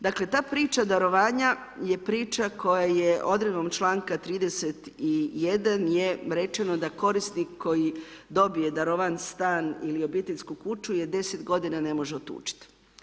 Dakle ta priča darovanja je priča koja je odredbom članka 31. je rečeno da korisnik koji dobije darovan stan ili obiteljsku kuću je 10 godina ne može otuđiti.